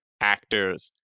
actors